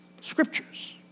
Scriptures